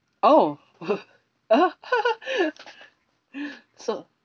oh oh so